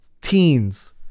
teens